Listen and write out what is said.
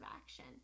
action